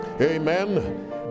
Amen